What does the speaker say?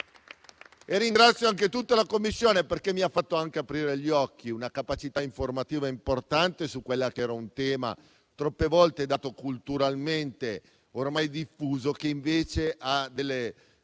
Ringrazio anche tutta la Commissione perché mi ha fatto anche aprire gli occhi con una capacità informativa importante su quello che era un tema troppe volte dato culturalmente ormai per diffuso, che invece ha delle